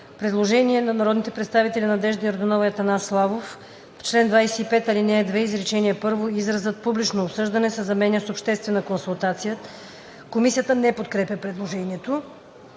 Предложение на народните представители Надежда Йорданова и Атанас Славов: „В чл. 25, ал. 2, изречение първо изразът „публично обсъждане“ се заменя с „обществена консултация“.“ Комисията не подкрепя предложението.